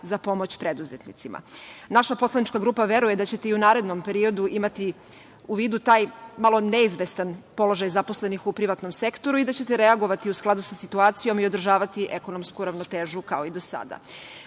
za pomoć preduzetnicima. Naša poslanička grupa veruje da ćete i u narednom periodu imati u vidu taj malo neizvestan položaj zaposlenih u privatnom sektoru i da ćete reagovati u skladu sa situacijom i održavati ekonomsku ravnotežu kao i do sada. Meni